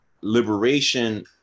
liberation